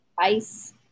ice